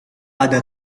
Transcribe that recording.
ada